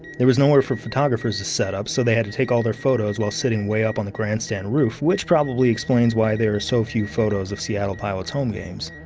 there was nowhere for photographers to set up, so they had to take all their photos while sitting way up on the grandstand roof, which probably explains why there are so few photos of seattle pilots home games.